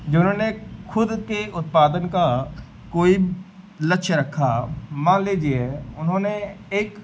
जिन्होंने ख़ुद के उत्पादन का कोई लक्ष्य रखा मान लीजिए उन्होंने एक